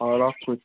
ହଉ ରଖୁଛି